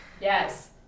Yes